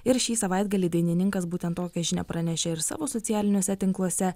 ir šį savaitgalį dainininkas būtent tokią žinią pranešė ir savo socialiniuose tinkluose